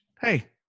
Hey